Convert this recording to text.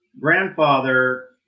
grandfather